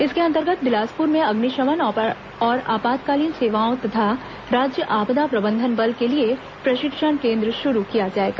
इसके अंतर्गत बिलासपुर में अग्निशमन और आपातकालीन सेवाओं तथा राज्य आपदा प्रबंधन बल के लिए प्रशिक्षण केन्द्र शुरू किया जाएगा